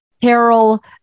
Carol